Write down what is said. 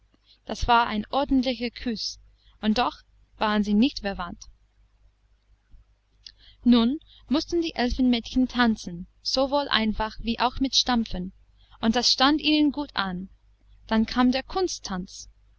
das war ein ordentlicher kuß und doch waren sie nicht verwandt nun mußten die elfenmädchen tanzen sowohl einfach wie auch mit stampfen und das stand ihnen gut an dann kam der